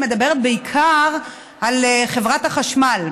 היא מדברת בעיקר על חברת החשמל.